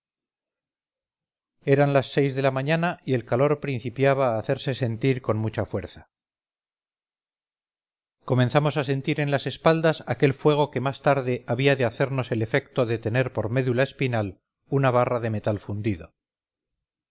eran las seis de la mañana y el calor principiaba a hacerse sentir con mucha fuerza comenzamos a sentir en las espaldas aquel fuego que más tarde había de hacernos el efecto de tener por médula espinal una barra de metal fundido